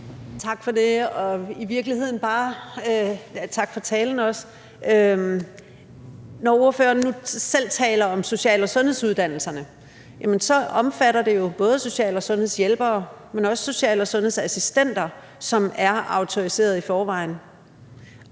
Tak for det, og også tak for talen. Når ordføreren nu selv taler om social- og sundhedsuddannelserne, vil jeg sige, at det så omfatter både social- og sundhedshjælpere, men også social- og sundhedsassistenter, som er autoriserede i forvejen.